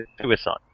suicide